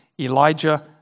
Elijah